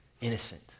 Innocent